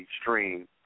stream